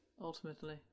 Ultimately